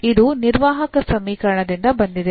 ಇದು ನಿರ್ವಾಹಕ ಸಮೀಕರಣದಿಂದ ಬಂದಿದೆ